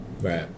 Right